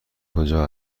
کجا